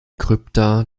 krypta